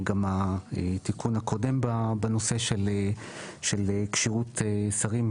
גם התיקון הקודם בנושא של כשירות שרים,